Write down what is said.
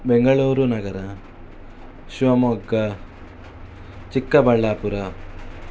ಬೆಂಗಳೂರು ನಗರ ಶಿವಮೊಗ್ಗ ಚಿಕ್ಕಬಳ್ಳಾಪುರ